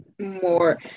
More